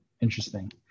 Interesting